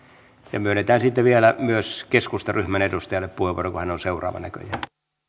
ja myönnetään sitten vielä myös keskustan ryhmän edustajalle puheenvuoro kun hän on seuraava näköjään